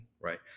right